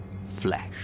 Flesh